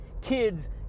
kids